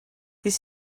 this